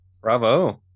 Bravo